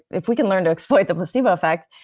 if we can learn to exploit the placebo effect,